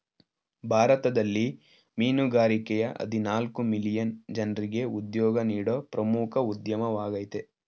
ಭಾರತದಲ್ಲಿ ಮೀನುಗಾರಿಕೆಯ ಹದಿನಾಲ್ಕು ಮಿಲಿಯನ್ ಜನ್ರಿಗೆ ಉದ್ಯೋಗ ನೀಡೋ ಪ್ರಮುಖ ಉದ್ಯಮವಾಗಯ್ತೆ